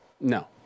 No